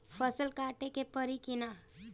फसल काटे के परी कि न?